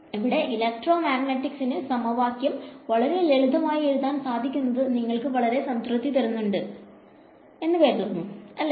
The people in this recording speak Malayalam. ഇങ്ങനെ എലെക്ട്രോ മാഗ്നെറ്റിക്സ്ന്റെ സമവാക്യം വളരെ ലളിതമായി എഴുതാൻ സാധിക്കുന്നത് നിങ്ങൾക്ക് വളരെ സംതൃപ്തി തരുന്നുണ്ടല്ലോ അല്ലേ